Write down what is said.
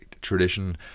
tradition